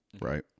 right